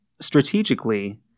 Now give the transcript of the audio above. strategically